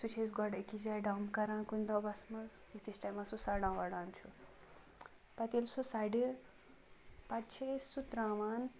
سُہ چھِ أسۍ گۄڈٕ أکِس جایہِ ڈمپ کران کُنہِ دوٚبس منٛز ییتِس ٹایمَس سُہ سََڑان وَڑان چھُ پَتہٕ ییٚلہِ سُہ ساڑِ پَتہٕ چھِ أسۍ سُہ تراوان